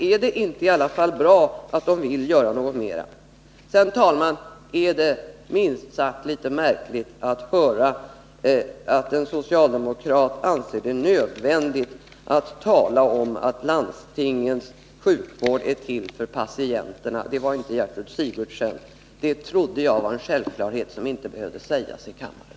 Är det inte i alla fall bra att de vill göra någonting mera? Herr talman! Det är minst sagt litet märkligt att en socialdemokrat anser det nödvändigt att tala om att landstingens sjukvård är till för patienterna — det var inte Gertrud Sigurdsen som sade det. Det trodde jag var en självklarhet som inte behövde sägas i kammaren.